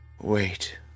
Wait